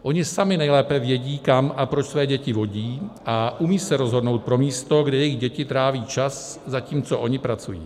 Oni sami nejlépe vědí, kam a proč své děti vodí, a umějí se rozhodnout pro místo, kde jejich děti tráví čas, zatímco oni pracují.